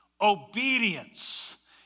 Obedience